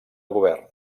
govern